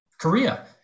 Korea